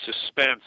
suspense